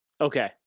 okay